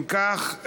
אם כך,